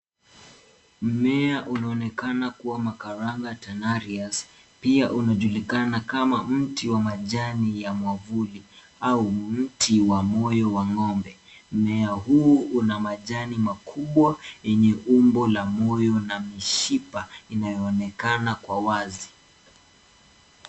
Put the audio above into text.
Mmea unaonekana kuwa makaraga tanarius pia unajulikana kama mti wa majani ya mwavuli au mti wa moyo wa ng'ombe. Mmea huu una majani makubwa yenye umbo la moyo na mishipa inayo onekana kwa wazi.